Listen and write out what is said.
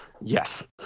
Yes